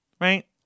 right